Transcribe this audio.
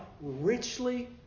richly